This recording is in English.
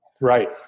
Right